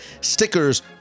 stickers